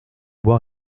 bois